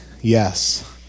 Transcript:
yes